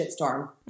shitstorm